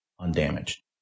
undamaged